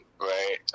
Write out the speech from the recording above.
Right